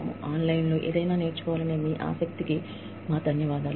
మీకు మరియు ఆన్లైన్ లో ఏదైనా నేర్చుకోవడంలో మీ ఆసక్తికి ధన్యవాదాలు